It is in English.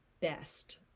best